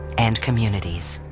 and communities.